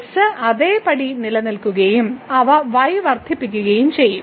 x അതേപടി നിലനിൽക്കുകയും അവ y വർദ്ധിപ്പിക്കുകയും ചെയ്യും